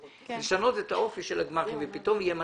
את האופי של הגמ"חים ופתאום יהיה מנכ"ל,